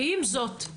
עם זאת,